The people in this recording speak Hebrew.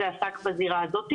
עסק בזירה הזאת,